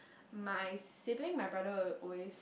my sibling my brother will always